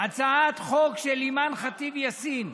הצעת חוק של אימאן ח'טיב יאסין,